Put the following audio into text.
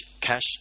cash